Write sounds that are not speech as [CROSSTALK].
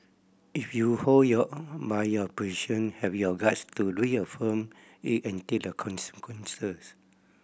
if you hold your [NOISE] by your position have your guts to reaffirm it and take the consequences